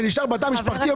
זה נשאר בתא המשפחתי,